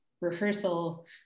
rehearsal